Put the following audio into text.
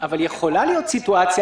אבל יכולה להיות סיטואציה,